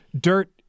dirt